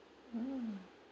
mm